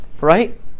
right